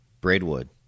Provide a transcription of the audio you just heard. Braidwood